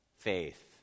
Faith